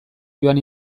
joan